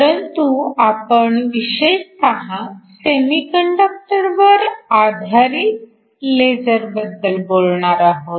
परंतु आपण विशेषतः सेमीकंडक्टरवर आधारित लेझर बद्दल बोलणार आहोत